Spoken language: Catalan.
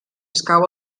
escau